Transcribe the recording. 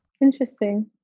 Interesting